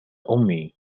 أمي